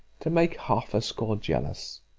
to make half a score jealous.